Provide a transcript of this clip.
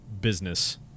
business